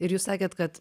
ir jūs sakėt kad